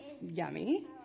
yummy